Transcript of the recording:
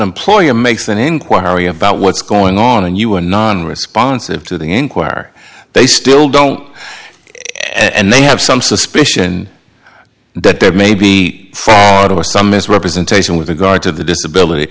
employer makes an inquiry about what's going on and you are non responsive to the enquirer they still don't and they have some suspicion that there may be some mis representation with regard to the disability